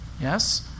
Yes